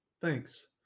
Thanks